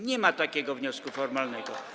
Nie ma takiego wniosku formalnego.